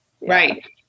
right